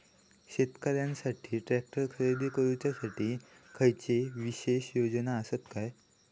शेतकऱ्यांकसाठी ट्रॅक्टर खरेदी करुच्या साठी खयच्या विशेष योजना असात काय?